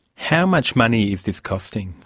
how much money is this costing?